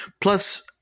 Plus